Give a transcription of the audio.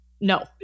no